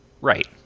Right